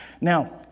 Now